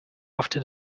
after